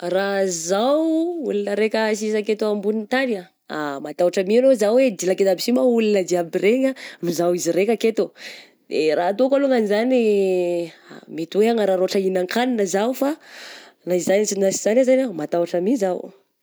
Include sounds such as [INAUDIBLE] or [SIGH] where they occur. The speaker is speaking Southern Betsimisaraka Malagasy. Raha zaho olona raika sisa aketo ambon'ny tagny ah, [HESITATION] matahotra my lo zaho eh, dilaky aiza aby sy moa olona jiaby regny no izao izy raika aketo oh, de raha ataoko alongany zagny, ah mety hoe hanararotra hihinan-kanina zao fa na izany na sy izany azany ah matahotra mi zaho.